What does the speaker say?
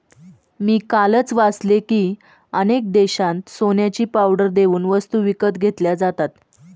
मी कालच वाचले की, अनेक देशांत सोन्याची पावडर देऊन वस्तू विकत घेतल्या जातात